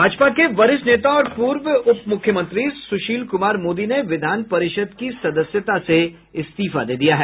भाजपा के वरिष्ठ नेता और पूर्व उप मुख्यमंत्री सुशील कुमार मोदी ने विधान परिषद् की सदस्यता से इस्तीफा दे दिया है